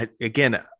again